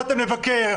יכולתם לבקר,